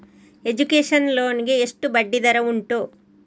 Education loan ಗೆ ಎಷ್ಟು ಬಡ್ಡಿ ದರ ಉಂಟು?